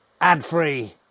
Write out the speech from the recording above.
ad-free